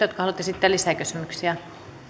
jotka haluavat esittää lisäkysymyksiä